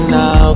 now